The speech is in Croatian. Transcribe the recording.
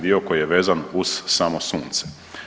dio koji je vezan uz samo sunce.